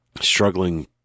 struggling